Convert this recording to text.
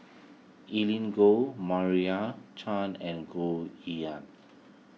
Evelyn Goh Maria Chand and Goh Yihan